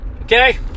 Okay